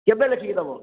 କେବେ ଲେଖିକି ଦେବ